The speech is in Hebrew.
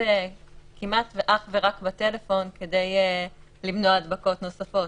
כמעט אך ורק בטלפון כדי למנוע הדבקות נוספות.